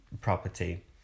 property